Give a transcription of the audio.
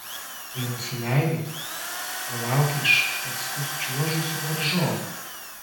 kai nusileidai palaukei iš paskus čiuožusio varžovo